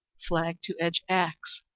flag to edge axe,